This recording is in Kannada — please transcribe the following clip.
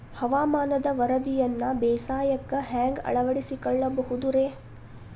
ಹವಾಮಾನದ ವರದಿಯನ್ನ ಬೇಸಾಯಕ್ಕ ಹ್ಯಾಂಗ ಅಳವಡಿಸಿಕೊಳ್ಳಬಹುದು ರೇ?